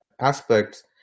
aspects